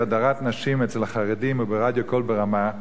הדרת נשים אצל החרדים וברדיו "קול ברמה",